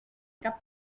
cap